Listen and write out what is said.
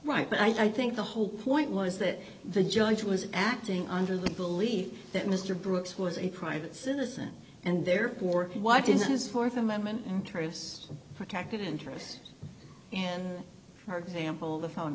right but i think the whole point was that the judge was acting under the belief that mr brooks was a private citizen and therefore why does his th amendment interest protected interest and for example the phone